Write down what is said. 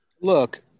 Look